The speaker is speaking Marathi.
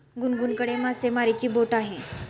गुनगुनकडे मासेमारीची बोट आहे